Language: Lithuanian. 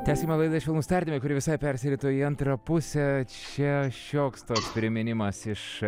tęsiame laidą švelnūs tardymai kuri visai persirito į antrą pusę čia šioks toks priminimas iš